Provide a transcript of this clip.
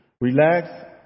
Relax